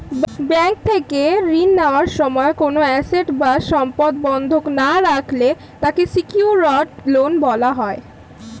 bank থেকে ঋণ নেওয়ার সময় কোনো অ্যাসেট বা সম্পদ বন্ধক না রাখলে তাকে সিকিউরড লোন বলে